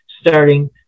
starting –